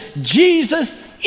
Jesus